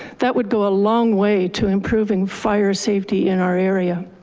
that would go a long way to improving fire safety in our area.